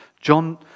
John